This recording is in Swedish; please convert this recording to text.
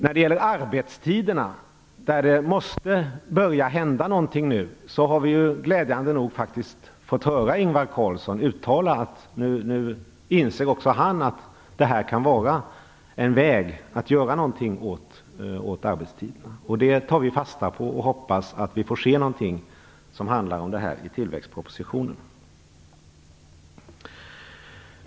När det gäller arbetstiderna, där det nu måste börja hända någonting, har vi glädjande nog fått höra Ingvar Carlsson uttala att också han inser att det här kan vara en väg för att göra någonting åt arbetstiderna. Det tar vi fasta på, och vi hoppas att vi får se någonting som handlar om det i tillväxtpropositionen.